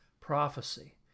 Prophecy